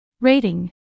Rating